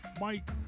Mike